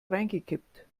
reingekippt